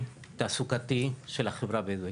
החברתי-תעסוקתי של החברה הבדואית.